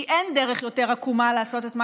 כי אין דרך יותר עקומה לעשות את מה